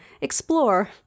explore